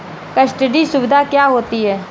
Custody सुविधा क्या होती है?